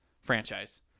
franchise